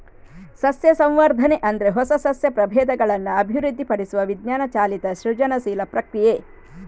ಸಸ್ಯ ಸಂವರ್ಧನೆ ಅಂದ್ರೆ ಹೊಸ ಸಸ್ಯ ಪ್ರಭೇದಗಳನ್ನ ಅಭಿವೃದ್ಧಿಪಡಿಸುವ ವಿಜ್ಞಾನ ಚಾಲಿತ ಸೃಜನಶೀಲ ಪ್ರಕ್ರಿಯೆ